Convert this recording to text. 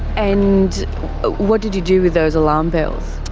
and what did you do with those alarm bells?